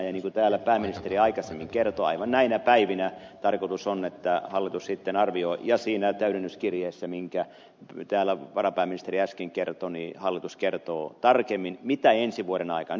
ja niin kuin täällä pääministeri aikaisemmin kertoi aivan näinä päivinä tarkoitus on että hallitus sitten arvioi tilanteen ja siinä täydennyskirjeessä mistä täällä varapääministeri äsken kertoi hallitus kertoo tarkemmin mitä tehdään ensi vuoden aikana